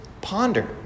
ponder